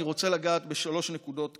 אני רוצה לגעת בשלוש נקודות קצרות.